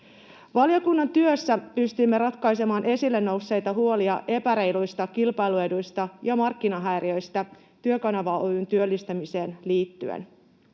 Valiokunnan työssä pystyimme ratkaisemaan esille nousseita huolia epäreiluista kilpailueduista ja markkinahäiriöistä Työkanava Oy:n työllistämiseen liittyen.